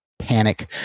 panic